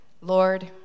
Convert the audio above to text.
Lord